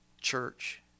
church